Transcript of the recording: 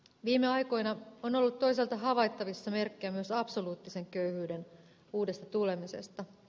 viime aikoina on ollut toisaalta havaittavissa merkkejä myös absoluuttisen köyhyyden uudesta tulemisesta